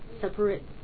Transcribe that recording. separate